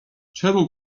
czemu